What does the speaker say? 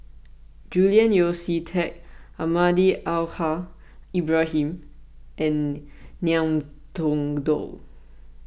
Julian Yeo See Teck Almahdi Al Haj Ibrahim and Ngiam Tong Dow